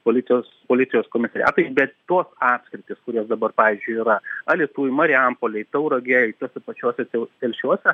policijos policijos komisariatai bet tos apskritys kurios dabar pavyzdžiui yra alytuj marijampolėj tauragėj tuose pačiuose telšiuose